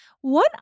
One